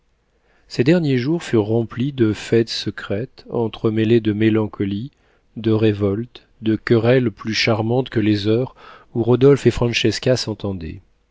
ces derniers jours furent remplis de fêtes secrètes entremêlées de mélancolies de révoltes de querelles plus charmantes que les heures où rodolphe et